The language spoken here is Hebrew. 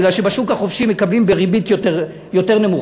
כי בשוק החופשי מקבלים בריבית יותר נמוכה,